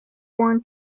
foreign